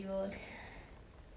what air force